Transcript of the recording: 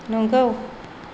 नंगौ